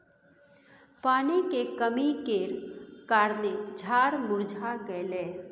पानी के कमी केर कारणेँ झाड़ मुरझा गेलै